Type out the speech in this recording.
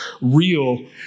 real